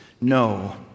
no